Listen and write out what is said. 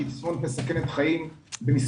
שהיא תסמונת מסכנת חיים,